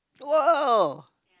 !woah!